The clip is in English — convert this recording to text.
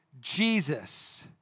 Jesus